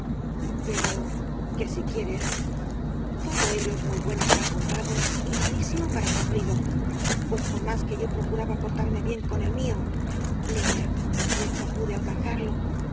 pero que si quieres todo ello muy bueno para contado y malísimo para cumplido pues por más que yo procuraba portarme bien con el mío niña nunca pude alcanzarlo